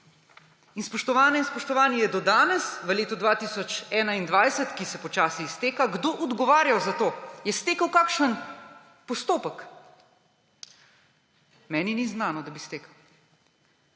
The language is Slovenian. In spoštovane in spoštovani, je do danes v letu 2021, ki se počasi izteka, kdo odgovarjal za to, je stekel kakšen postopek? Meni ni znano, da bi stekel.